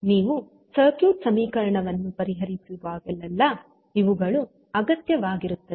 ನೀವು ಸರ್ಕ್ಯೂಟ್ ಸಮೀಕರಣವನ್ನು ಪರಿಹರಿಸುವಾಗಲೆಲ್ಲಾ ಇವುಗಳು ಅಗತ್ಯವಾಗಿರುತ್ತದೆ